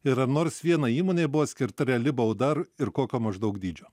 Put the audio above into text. ir ar nors vienai įmonei buvo skirta reali bauda ir kokio maždaug dydžio